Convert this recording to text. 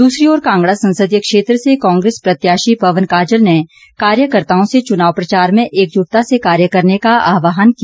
दूसरी ओर कांगड़ा संसदीय क्षेत्र से कांग्रेस प्रत्याशी पवन काजल ने कार्यकर्ताओं से चुनाव प्रचार में एकजुटता से कार्य करने का आह्वान किया